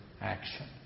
action